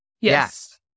Yes